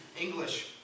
English